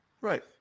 right